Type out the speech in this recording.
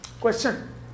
Question